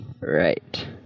Right